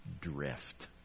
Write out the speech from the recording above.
drift